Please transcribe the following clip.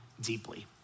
deeply